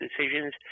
decisions